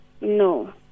No